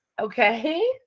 Okay